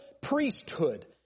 priesthood